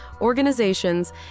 Organizations